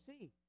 see